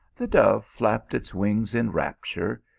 the dove flapped its wings in rapture,